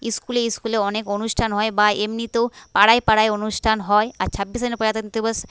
স্কুলে স্কুলে অনেক অনুষ্ঠান হয় বা এমনিতেও পাড়ায় পাড়ায় অনুষ্ঠান হয় আর ছাব্বিশে জানুয়ারি প্রজাতন্ত্র দিবস